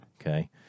okay